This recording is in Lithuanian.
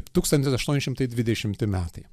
tūkstantis aštuoni šimtai dvidešimti metai